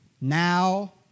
Now